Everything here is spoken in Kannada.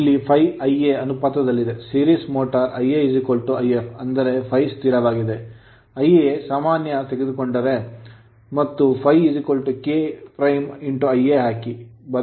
ಆದ್ದರಿಂದ ಇಲ್ಲಿ ∅ Ia ಅನುಪಾತದಲ್ಲಿದೆ series motor ಸರಣಿ ಮೋಟರ್ IaIf ಅಂದರೆ ∅ ಸ್ಥಿರವಾಗಿದೆ Ia ಸಾಮಾನ್ಯ ತೆಗೆದುಕೊಂಡರೇ ಮತ್ತು ∅ K'Ia ಹಾಕಿ